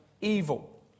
evil